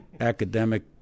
academic